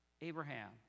Abraham